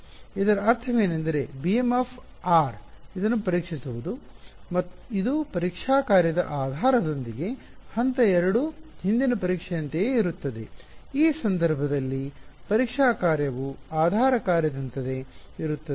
ಇದರ ಅರ್ಥವೇನೆಂದರೆ bm ಇದನ್ನು ಪರೀಕ್ಷಿಸುವದು ಇದು ಪರೀಕ್ಷಾ ಕಾರ್ಯದ ಆಧಾರದೊಂದಿಗೆ ಹಂತ 2 ಹಿಂದಿನ ಪರೀಕ್ಷೆಯಂತೆಯೇ ಇರುತ್ತದೆ ಈ ಸಂದರ್ಭದಲ್ಲಿ ಪರೀಕ್ಷಾ ಕಾರ್ಯವು ಆಧಾರ ಕಾರ್ಯದಂತೆಯೇ ಇರುತ್ತದೆ